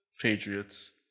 Patriots